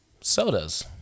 sodas